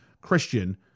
Christian